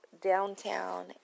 downtown